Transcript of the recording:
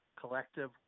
Collective